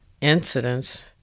incidents